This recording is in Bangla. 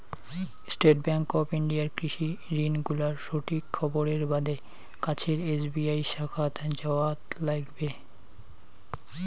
স্টেট ব্যাংক অফ ইন্ডিয়ার কৃষি ঋণ গুলার সঠিক খবরের বাদে কাছের এস.বি.আই শাখাত যাওয়াৎ লাইগবে